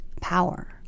power